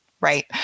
right